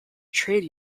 trade